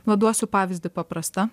va duosiu pavyzdį paprastą